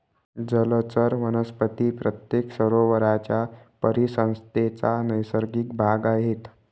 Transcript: जलचर वनस्पती प्रत्येक सरोवराच्या परिसंस्थेचा नैसर्गिक भाग आहेत